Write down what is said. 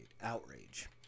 outrage